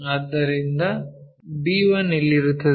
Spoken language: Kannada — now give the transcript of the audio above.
ಆದ್ದರಿಂದ b1 ಇಲ್ಲಿರುತ್ತದೆ